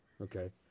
Okay